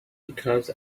because